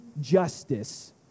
justice